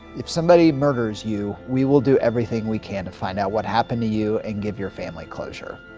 if somebody murders you we will do everything we can to find out what happened to you and give your family closure.